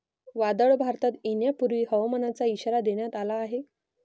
वादळ भारतात येण्यापूर्वी हवामानाचा इशारा देण्यात आला आहे